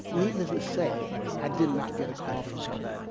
needless to say, i did not get a call from her.